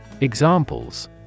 Examples